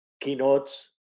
keynotes